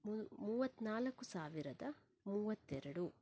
ಮು ಮೂವತ್ತ್ನಾಲ್ಕು ಸಾವಿರದ ಮೂವತ್ತೆರಡು